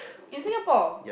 in Singapore